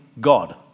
God